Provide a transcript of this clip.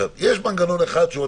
יש מנגנון אחד שהוא התקנות,